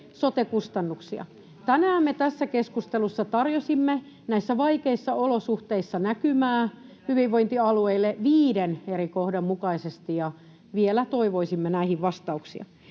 sote-kustannuksia. Tänään me tässä keskustelussa tarjosimme näissä vaikeissa olosuhteissa näkymää hyvinvointialueille viiden eri kohdan mukaisesti, ja vielä toivoisimme näihin vastauksia.